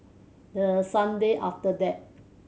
the sunday after that